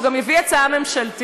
הוא גם יביא הצעה ממשלתית.